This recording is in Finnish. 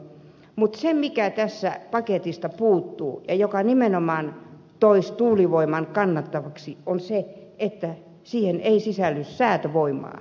mutta se mikä tästä paketista puuttuu ja joka nimenomaan toisi tuulivoiman kannattavaksi on se että siihen ei sisälly säätövoimaa